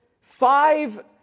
five